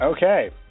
Okay